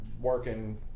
working